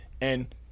And-